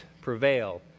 prevail